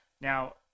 Now